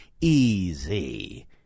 easy